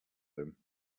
him